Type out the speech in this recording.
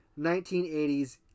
1980s